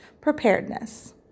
preparedness